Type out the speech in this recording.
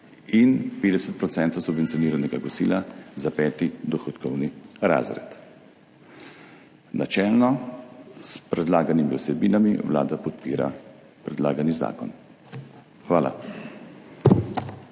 in 50 % subvencioniranega kosila za peti dohodkovni razred. Načelno s predlaganimi vsebinami Vlada podpira predlagani zakon. Hvala.